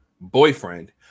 boyfriend